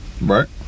Right